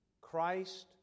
Christ